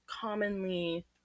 commonly